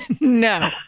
No